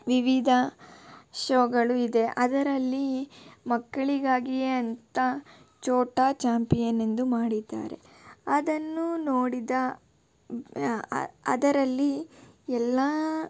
ವಿವಿಧ ಶೋಗಳು ಇದೆ ಅದರಲ್ಲಿ ಮಕ್ಕಳಿಗಾಗಿಯೇ ಅಂತ ಛೋಟಾ ಚಾಂಪಿಯನ್ ಎಂದು ಮಾಡಿದ್ದಾರೆ ಅದನ್ನು ನೋಡಿದ ಅದರಲ್ಲಿ ಎಲ್ಲ